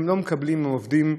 הן לא מקבלות עובדים,